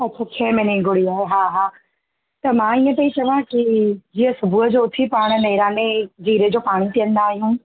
अच्छा छहें महीने ई गुड़िया आहे हा हा त मां इअं पेई चवां की जीअं सुबुह जो उथी पाणि नेराणे जीरो जो पाणी पीअंदा आहियूं